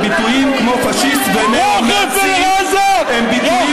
אני חושב שביטויים כמו פאשיסט וניאו-נאצי הם ביטויים